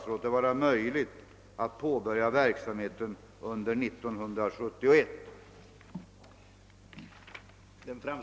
Härmed anhålles om tjänstledighet från riksdagsarbetet under tiden 18—19 november 1970 för deltagande i en informationsresa för parlamentariker till ESRO:s anläggningar i Holland och Västtyskland.